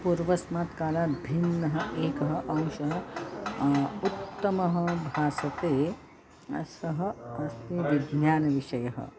पूर्वस्मात् कालात् भिन्नः एकः अंशः उत्तमः भासते सः अस्ति विज्ञानविषयः